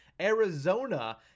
Arizona